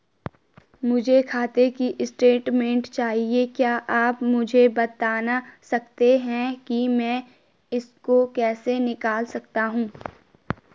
मुझे खाते की स्टेटमेंट चाहिए क्या आप मुझे बताना सकते हैं कि मैं इसको कैसे निकाल सकता हूँ?